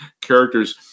characters